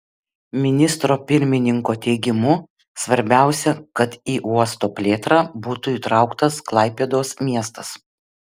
ministro pirmininko teigimu svarbiausia kad į uosto plėtrą būtų įtrauktas klaipėdos miestas